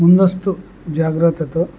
ముందస్తు జాగ్రత్తతో